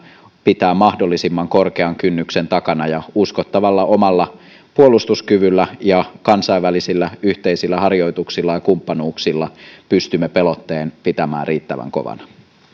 pitää mahdollisimman korkean kynnyksen takana ja uskottavalla omalla puolustuskyvyllä ja kansainvälisillä yhteisillä harjoituksilla ja kumppanuuksilla pystymme pelotteen pitämään riittävän